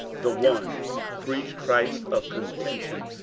the one preach christ of contention,